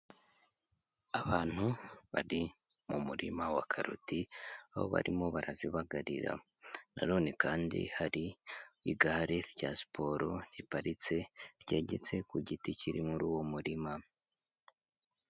Abantu bari mu murima wa karoti, aho barimo barazibagarira na none kandi hari igare rya siporo riparitse ryegetse ku giti kiri muri uwo murima.